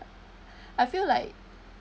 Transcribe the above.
I feel like